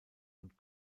und